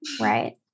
Right